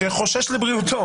שחושש לבריאותו